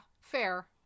fair